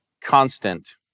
constant